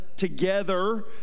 Together